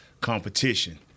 competition